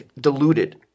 diluted